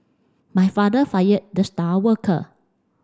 my father fired the star worker